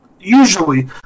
usually